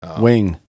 Wing